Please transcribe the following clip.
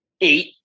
eight